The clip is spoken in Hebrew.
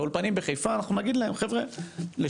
באולפנים בחיפה אנחנו נגיד להם חבר'ה לשיטתנו,